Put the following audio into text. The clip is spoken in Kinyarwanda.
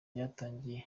ryatangiriye